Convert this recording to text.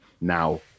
now